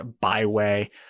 Byway